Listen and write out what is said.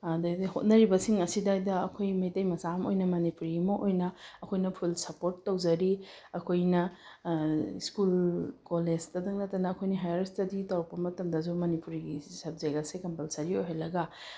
ꯑꯗꯩꯗꯤ ꯍꯣꯠꯅꯔꯤꯕꯁꯤꯡ ꯑꯁꯤꯗꯩꯗ ꯑꯩꯈꯣꯏ ꯃꯩꯇꯩ ꯃꯆꯥ ꯑꯃ ꯑꯣꯏꯅ ꯃꯅꯤꯄꯨꯔꯤ ꯑꯃ ꯑꯣꯏꯅ ꯑꯩꯈꯣꯏꯅ ꯐꯨꯜ ꯁꯞꯄꯣꯔꯠ ꯇꯧꯖꯔꯤ ꯑꯩꯈꯣꯏꯅ ꯁ꯭ꯀꯨꯜ ꯀꯣꯂꯦꯖꯇꯗꯪ ꯅꯠꯇꯅ ꯑꯩꯈꯣꯏꯅ ꯍꯥꯏꯌꯔ ꯏꯁꯇꯗꯤ ꯇꯧꯔꯛꯄ ꯃꯇꯝꯗꯁꯨ ꯃꯅꯤꯄꯨꯔꯤꯒꯤ ꯁꯕꯖꯦꯛ ꯑꯁꯦ ꯀꯝꯄꯜꯁꯔꯤ ꯑꯣꯏꯍꯜꯂꯒ